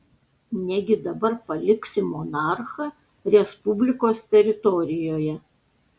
negi dabar paliksi monarchą respublikos teritorijoje